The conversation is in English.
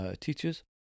teachers